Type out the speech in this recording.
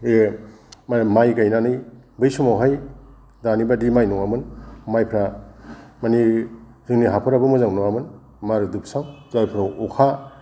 जे माइ गायनानै बै समावहाय दानिबायदि माइ नङामोन माइफोरा माने जोंनि हाफोराबो मोजां नङामोन मारुदुबसाव जायफोराव अखा